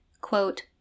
Quote